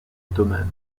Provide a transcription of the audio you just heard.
ottomanes